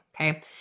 okay